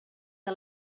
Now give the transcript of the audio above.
que